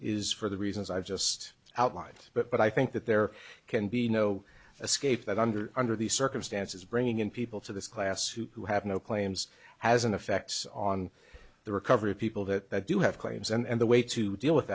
is for the reasons i've just outlined but i think that there can be no escape that under under these circumstances bringing in people to this class who have no claims has an effect on the recovery of people that do have claims and the way to deal with